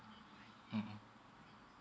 mmhmm